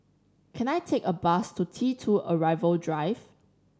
can I take a bus to T Two Arrival Drive